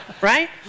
Right